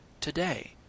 today